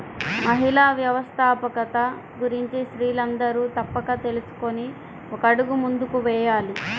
మహిళా వ్యవస్థాపకత గురించి స్త్రీలందరూ తప్పక తెలుసుకొని ఒక అడుగు ముందుకు వేయాలి